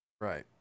Right